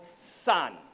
son